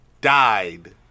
died